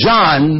John